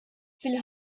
fil